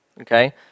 okay